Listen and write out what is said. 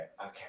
Okay